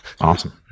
Awesome